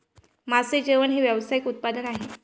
मासे जेवण हे व्यावसायिक उत्पादन आहे